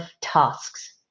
tasks